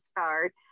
start